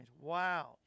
Wow